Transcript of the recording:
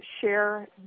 share